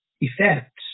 effects